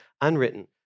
unwritten